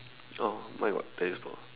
oh mine got tennis balls